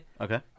Okay